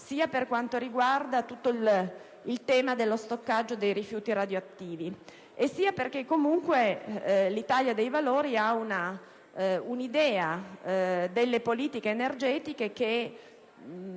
per ciò che riguarda il tema dello stoccaggio dei rifiuti radioattivi, sia perché l'Italia dei Valori ha un'idea delle politiche energetiche che,